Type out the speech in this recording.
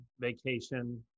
vacation